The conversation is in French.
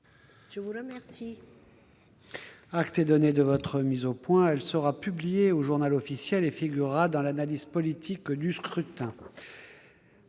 je vous remercie